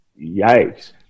yikes